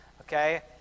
Okay